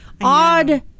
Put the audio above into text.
odd